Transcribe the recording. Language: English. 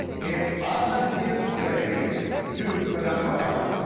and on his way to padamaran.